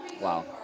Wow